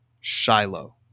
Shiloh